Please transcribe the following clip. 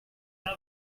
out